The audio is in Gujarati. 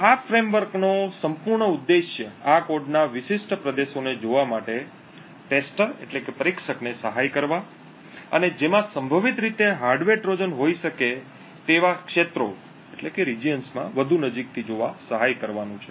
આ ફ્રેમવર્કનો સંપૂર્ણ ઉદ્દેશ્ય આ કોડના વિશિષ્ટ પ્રદેશોને જોવા માટે પરીક્ષક ને સહાય કરવા અને જેમાં સંભવિત રીતે હાર્ડવેર ટ્રોજન હોઈ શકે તેવા ક્ષેત્રો માં વધુ નજીકથી જોવા સહાય કરવાનું છે